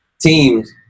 Teams